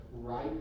right